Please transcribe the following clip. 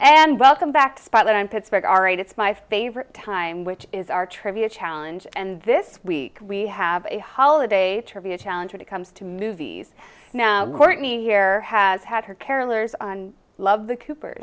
and welcome back spotlight on pittsburgh all right it's my favorite time which is our trivia challenge and this week we have a holiday trivia challenge when it comes to movies now courtney here has had her carolers on love the cooper